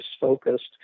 focused